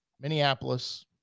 Minneapolis